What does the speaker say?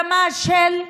כי אסור שהשיח ירד לרמה של: